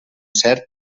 cert